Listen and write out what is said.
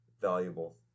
valuable